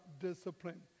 discipline